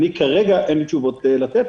כרגע אין לי תשובות לתת.